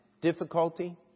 difficulty